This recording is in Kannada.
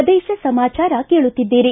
ಪ್ರದೇಶ ಸಮಾಚಾರ ಕೇಳುತ್ತಿದ್ದೀರಿ